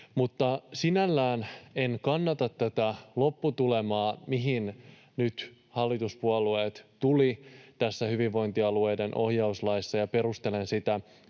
Mutta sinällään en kannata tätä lopputulemaa, mihin nyt hallituspuolueet tulivat tässä hyvinvointialueiden ohjauslaissa, ja perustelen sitä